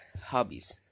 hobbies